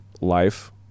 life